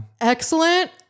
excellent